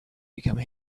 become